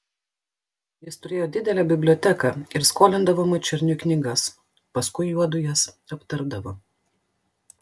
jis turėjo didelę biblioteką ir skolindavo mačerniui knygas paskui juodu jas aptardavo